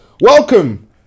welcome